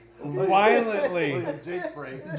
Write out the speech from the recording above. violently